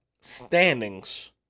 standings